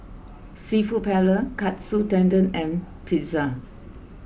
Seafood Paella Katsu Tendon and Pizza